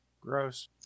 Gross